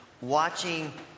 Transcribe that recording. watching